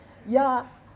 ya